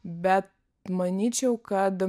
bet manyčiau kad